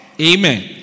Amen